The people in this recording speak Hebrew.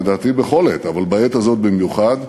לדעתי בכל עת אבל בעת הזאת במיוחד,